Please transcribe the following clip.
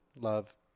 Love